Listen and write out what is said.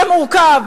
זה מורכב,